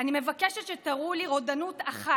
אני מבקשת שתראו לי רודנות אחת,